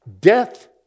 death